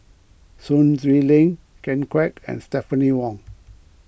Sun Xueling Ken Kwek and Stephanie Wong